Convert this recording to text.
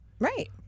Right